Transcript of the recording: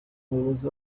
umuyobozi